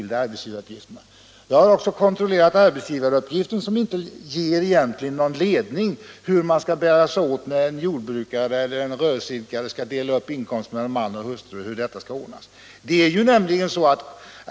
Jag har dessutom konstaterat att anvisningarna för arbetsgivaruppgiften inte ger någon egentlig ledning om hur en jordbrukare eller en rörelseidkare skall bära sig åt vid uppdelningen av inkomsten mellan man och hustru.